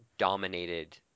dominated